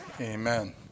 Amen